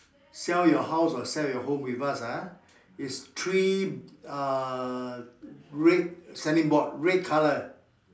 sell your house or sell your home with us ah is three uh red standing board red colour